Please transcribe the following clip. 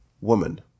woman